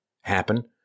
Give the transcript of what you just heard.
happen